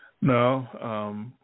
No